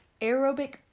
aerobic